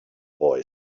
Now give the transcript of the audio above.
boy